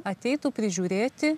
ateitų prižiūrėti